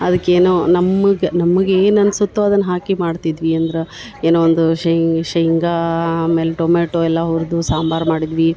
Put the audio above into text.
ಅದಿಕ್ಕೆ ಏನೋ ನಮ್ಮುಗ ನಮ್ಗ ಏನು ಅನ್ಸುತ್ತೋ ಅದನ್ನ ಹಾಕಿ ಮಾಡ್ತಿದ್ವಿ ಅಂದ್ರ ಏನೋ ಒಂದು ಶೇಂಗಾ ಆಮೇಲೆ ಟೊಮ್ಯಾಟೊ ಎಲ್ಲ ಹುರ್ದು ಸಾಂಬಾರು ಮಾಡಿದ್ವಿ